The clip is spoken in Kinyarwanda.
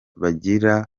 bagira